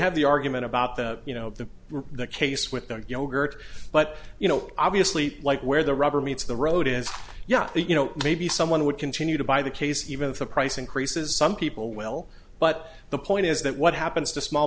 have the argument about the you know the case with the younger but you know obviously like where the rubber meets the road is yeah you know maybe someone would continue to buy the case even if the price increases some people will but the point is that what happens to small